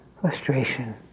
Frustration